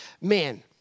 man